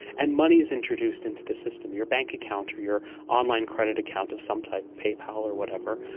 and money is introduced into the system, your bank account or your online credit account of some type, paypal or whatever,